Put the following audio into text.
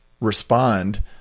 respond